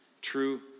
true